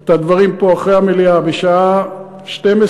את הדברים פה אחרי המליאה בשעה 12:00,